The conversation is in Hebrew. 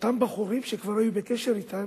אותם בחורים שכבר היו בקשר אתם,